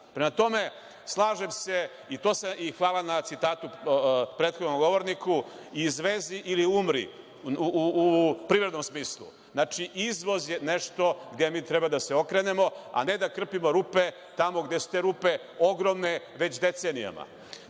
način. Prema tome, slažem se, i hvala na citatu prethodnom govorniku - izvezi ili umri u privrednom smislu. Znači, izvoz je nešto gde mi treba da se okrenemo, a ne da krpimo rupe tamo gde su te rupe ogromne već decenijama.